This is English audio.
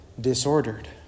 disordered